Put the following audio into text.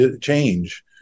change